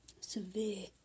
Severe